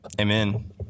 Amen